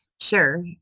Sure